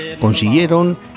Consiguieron